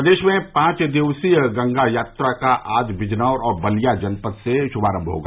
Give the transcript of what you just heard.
प्रदेश में पाँच दिवसीय गंगा यात्रा का आज बिजनौर और बलिया जनपद से शुभारम्भ होगा